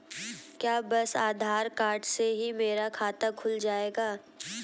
क्या बस आधार कार्ड से ही मेरा खाता खुल जाएगा?